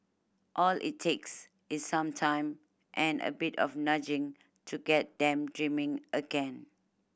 all it takes is some time and a bit of nudging to get them dreaming again